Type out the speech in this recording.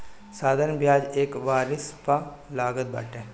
साधारण बियाज एक वरिश पअ लागत बाटे